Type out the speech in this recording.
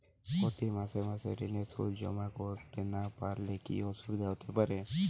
প্রতি মাসে মাসে ঋণের সুদ জমা করতে না পারলে কি অসুবিধা হতে পারে?